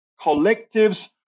Collectives